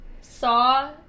saw